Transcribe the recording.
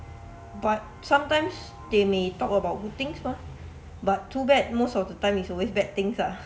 but sometimes they may talk about good things mah but too bad most of the time is always bad things lah